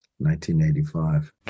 1985